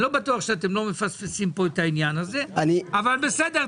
אני לא בטוח שאתם לא מפספסים כאן את העניין הזה אבל בסדר,